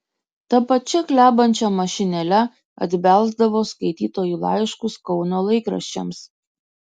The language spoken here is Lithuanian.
ta pačia klebančia mašinėle atbelsdavo skaitytojų laiškus kauno laikraščiams